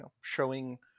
showing